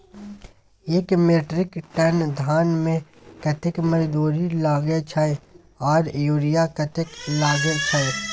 एक metric ton धान में कतेक मजदूरी लागे छै आर यूरिया कतेक लागे छै?